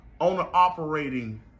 owner-operating